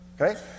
Okay